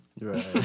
right